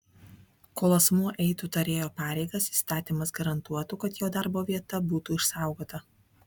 kol asmuo eitų tarėjo pareigas įstatymas garantuotų kad jo darbo vieta būtų išsaugota